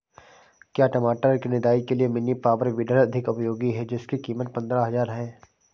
क्या टमाटर की निदाई के लिए मिनी पावर वीडर अधिक उपयोगी है जिसकी कीमत पंद्रह हजार है?